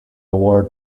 ward